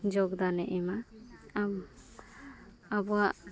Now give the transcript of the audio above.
ᱡᱳᱜᱽᱫᱟᱱᱮ ᱮᱢᱟ ᱟᱢ ᱟᱵᱚᱣᱟᱜ